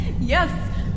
Yes